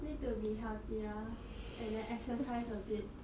need to be healthier and then exercise a bit